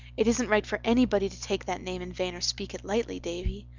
it isn't right for anybody to take that name in vain or speak it lightly, davy.